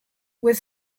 with